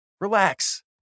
Relax